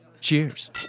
Cheers